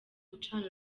gucana